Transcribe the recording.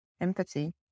empathy